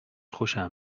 خوشم